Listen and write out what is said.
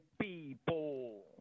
people